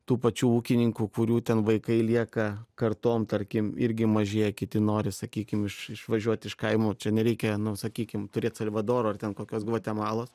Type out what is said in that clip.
tų pačių ūkininkų kurių ten vaikai lieka kartom tarkim irgi mažėja kiti nori sakykim iš išvažiuot iš kaimo čia nereikia nu sakykim turėt salvadoro ar ten kokios gvatemalos